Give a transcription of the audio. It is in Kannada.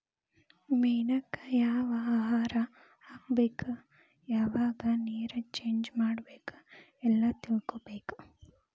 ಮೇನಕ್ಕ ಯಾವ ಆಹಾರಾ ಹಾಕ್ಬೇಕ ಯಾವಾಗ ನೇರ ಚೇಂಜ್ ಮಾಡಬೇಕ ಎಲ್ಲಾ ತಿಳಕೊಬೇಕ